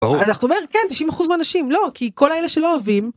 ברור, אז את אומרת, כן, 90% אנשים, לא, כי כל האלה שלא אוהבים.